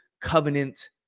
covenant